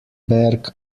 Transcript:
berg